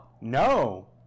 No